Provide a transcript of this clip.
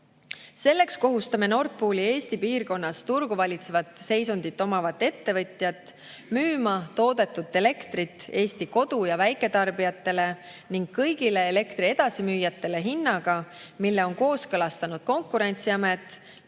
Selleks kohustame Nord Pooli, Eesti piirkonnas turgu valitsevat seisundit omavat ettevõtjat, müüma toodetud elektrit Eesti kodu- ja väiketarbijatele ning kõigile elektri edasimüüjatele hinnaga, mille on kooskõlastanud Konkurentsiamet